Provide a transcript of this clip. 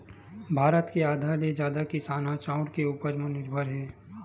भारत के आधा ले जादा किसान ह चाँउर के उपज म निरभर हे